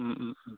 ওম ওম ওম